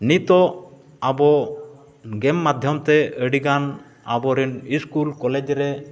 ᱱᱤᱛᱚᱜ ᱟᱵᱚ ᱜᱮᱢ ᱢᱟᱭᱫᱷᱚᱢ ᱛᱮ ᱟᱹᱰᱤᱜᱟᱱ ᱟᱵᱚ ᱨᱮᱱ ᱥᱠᱩᱞ ᱠᱚᱞᱮᱡᱽ ᱨᱮ